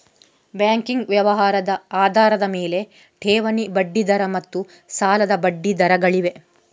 banking ವ್ಯವಹಾರದ ಆಧಾರದ ಮೇಲೆ, ಠೇವಣಿ ಬಡ್ಡಿ ದರ ಮತ್ತು ಸಾಲದ ಬಡ್ಡಿ ದರಗಳಿವೆ